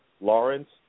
Lawrence